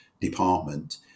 department